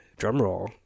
drumroll